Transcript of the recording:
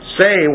say